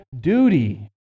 duty